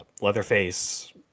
Leatherface